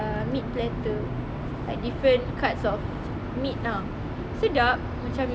ah meat platter like different cuts of meat ah sedap macam